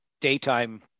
daytime